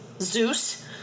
zeus